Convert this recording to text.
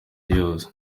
yose